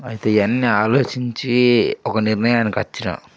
అయితే ఇవన్నీ ఆలోచించి ఒక నిర్ణయానికొచ్చిన